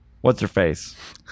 what's-her-face